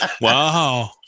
Wow